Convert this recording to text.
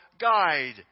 guide